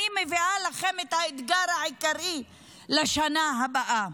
אני מביאה לכם את האתגר העיקרי לשנה הבאה.